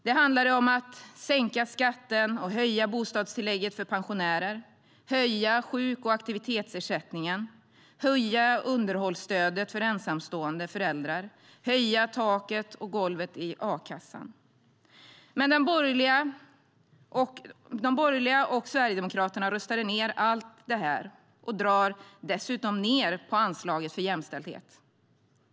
Det handlade om att sänka skatten och höja bostadstillägget för pensionärer, höja sjuk och aktivitetsersättningen, höja underhållsstödet för ensamstående föräldrar, höja taket och golvet i a-kassan. Men de borgerliga och Sverigedemokraterna röstade ned allt det här och drar dessutom ned på anslaget för jämställdhet.